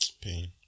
pain